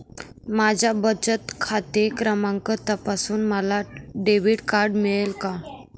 माझा बचत खाते क्रमांक तपासून मला डेबिट कार्ड मिळेल का?